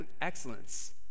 excellence